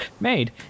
made